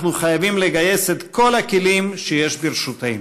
אנחנו חייבים לגייס את כל הכלים שיש ברשותנו.